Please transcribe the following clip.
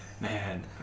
Man